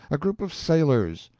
a group of sailors,